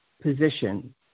position